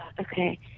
Okay